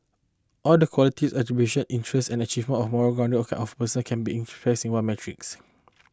all the qualities attribution interests achievement and moral grounding of a person can't be expressed in one metrics